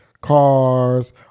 cars